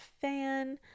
fan